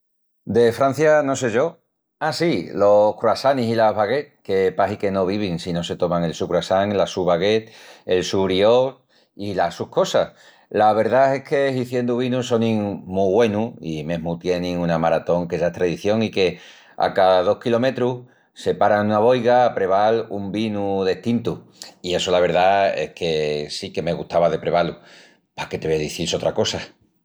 De Francia no sé yo… Á sí, los cruasanis i las baguettes, que pahi que no vivin si no se toman el su curasán, la su baguette, el su brioche i las sus cosas. La verdá es que hiziendu vinu sonin mu güenus i mesmu tienin una maratón que ya es tradición i que, a ca dos kilometrus, se para en una boiga a preval un vinu destintu. I essu la verdá es que sí que me gustava de prevá-lu, pa qué te vó a izil sotra cosa?